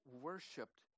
worshipped